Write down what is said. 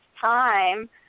time